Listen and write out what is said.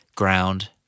ground